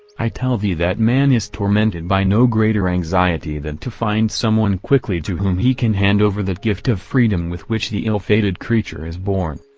i tell thee that man is tormented by no greater anxiety than to find someone quickly to whom he can hand over that gift of freedom with which the ill-fated creature is born.